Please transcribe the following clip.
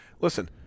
listen